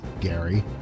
Gary